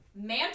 Man